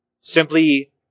simply